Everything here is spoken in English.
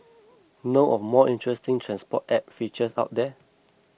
know of more interesting transport app features out there